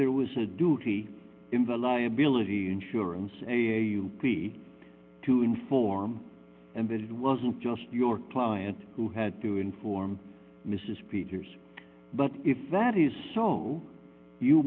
there was a duty in the liability insurance a key to inform and it wasn't just your client who had to inform mrs peters but if that is so you